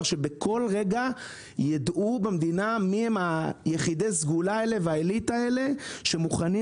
שבכל רגע ידעו במדינה מי הם יחידי הסגולה האלה והעלית האלה שמוכנים